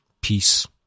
peace